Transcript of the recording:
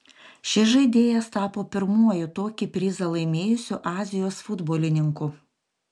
šis žaidėjas tapo pirmuoju tokį prizą laimėjusiu azijos futbolininku